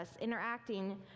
interacting